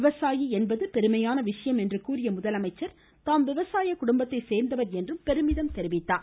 விவசாயி என்பதே பெருமையான விஷயம் என்றுகூறிய அவர் தாம் விவசாய குடும்பத்தை சேர்ந்தவர் என்று பெருமிதம் தெரிவித்தார்